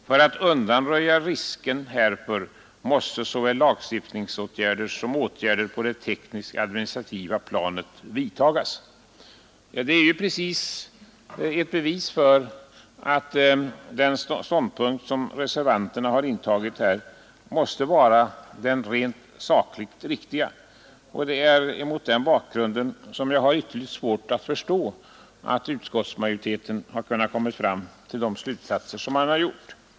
För att undanröja risken härför måste såväl lagstiftningsåtgärder som åtgärder på det tekniskt-administrativa planet vidtagas.” Detta är precis ett bevis för att den ståndpunkt som reservanterna har intagit måste vara den rent sakligt riktiga, och det är mot den bakgrunden som jag har ytterligt svårt att förstå att utskottsmajoriteten har kunnat komma fram till de slutsatser som den har dragit.